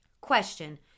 Question